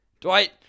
Dwight